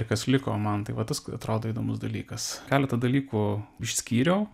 ir kas liko man tai va tas atrodo įdomus dalykas keletą dalykų išskyriau